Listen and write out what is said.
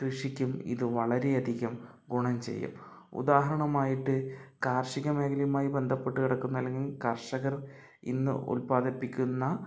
കൃഷിക്കും ഇത് വളരെയധികം ഗുണം ചെയ്യും ഉദാഹരണമായിട്ട് കാർഷിക മേഖലയുമായി ബന്ധപ്പെട്ട് കിടക്കുന്ന അല്ലെങ്കിൽ കർഷകർ ഇന്ന് ഉത്പാദിപ്പിക്കുന്ന